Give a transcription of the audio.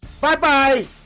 Bye-bye